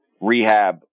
rehab